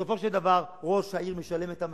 בסופו של דבר ראש העיר משלם את המחיר,